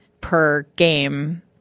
per-game